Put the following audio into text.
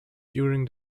during